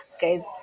guys